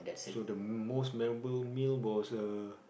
so the most memorable meal was uh